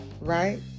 right